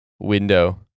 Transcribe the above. Window